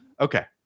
Okay